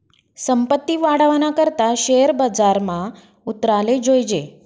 संपत्ती वाढावाना करता शेअर बजारमा उतराले जोयजे